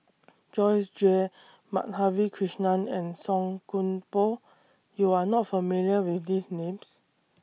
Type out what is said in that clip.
Joyce Jue Madhavi Krishnan and Song Koon Poh YOU Are not familiar with These Names